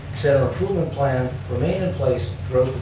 so improvement plan remain in place